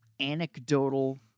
anecdotal